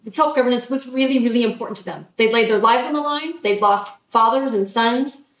but self-governance was really, really important to them. they'd laid their lives on the line. they lost fathers and sons.